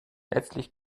letztlich